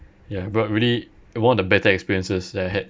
ya but really one of the better experiences that I had